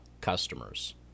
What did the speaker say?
customers